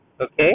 okay